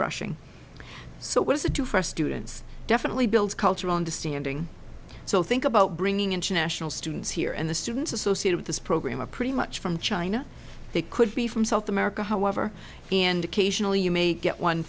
rushing so what does it do for us students definitely builds cultural understanding so think about bringing international students here and the students associated with this program a pretty much from china they could be from south america however and occasionally you may get one